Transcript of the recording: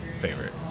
favorite